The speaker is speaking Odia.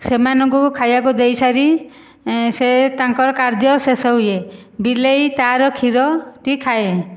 ସେମାନଙ୍କୁ ଖାଇବାକୁ ଦେଇସାରି ସେ ତାଙ୍କର କାର୍ଯ୍ୟ ଶେଷ ହୁଏ ବିଲେଇ ତାର କ୍ଷୀର ଟି ଖାଏ